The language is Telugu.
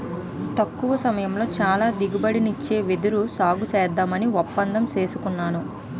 తక్కువ సమయంలో చాలా దిగుబడినిచ్చే వెదురు సాగుసేద్దామని ఒప్పందం సేసుకున్నాను